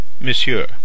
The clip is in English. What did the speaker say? Monsieur